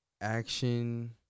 Action